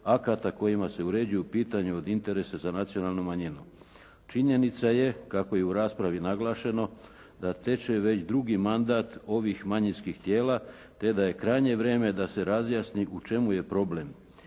kojima se uređuju pitanja od interesa za nacionalnu manjinu. Činjenica je, kako je i u raspravi naglašeno, da teče već i drugi mandat ovih manjinskih tijela, te da je krajnje vrijeme da se razjasni u čemu je problem.